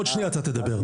עוד שנייה אתה תדבר.